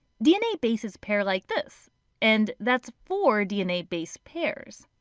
dna bases pair like this and that's four dna base pairs.